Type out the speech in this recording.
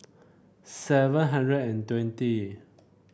seven hundred and twenty